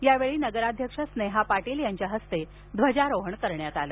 यावेळी नगराध्यक्षा स्नेहा पाटील यांच्या हस्ते ध्वजारोहण करण्यात आले